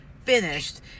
finished